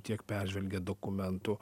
tiek peržvelgėt dokumentų